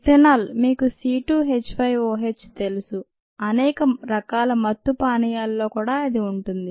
ethanol మీకు C2H5OH తెలుసు అనేక రకాలమత్తు పానీయాలలో కూడా అది ఉంటుంది